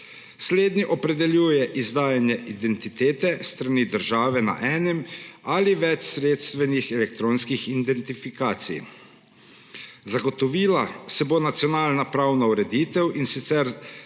Slednji opredeljuje izdajanje identitete s strani države na enem ali več sredstvih elektronskih identifikacij. Zagotovila se bo nacionalna pravna ureditev, in sicer